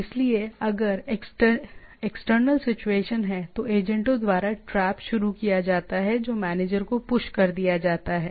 इसलिए अगर external situation हैं तो एजेंटों द्वारा ट्रैप शुरू किया जाता है जो मैनेजर को पुश कर दिया जाता है